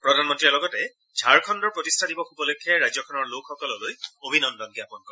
প্ৰধানমন্ত্ৰীয়ে লগতে ঝাৰখণুৰ প্ৰতিষ্ঠা দিৱস উপলক্ষে ৰাজ্যখনৰ লোকসকললৈ অভিনন্দন জ্ঞাপন কৰে